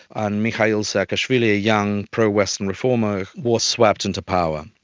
and mikheil saakashvili, a young pro-western reformer, was swept into power,